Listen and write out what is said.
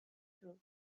through